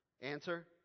Answer